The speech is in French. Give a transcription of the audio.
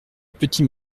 petit